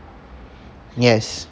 yes